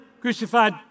crucified